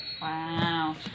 Wow